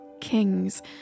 kings